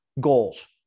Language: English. goals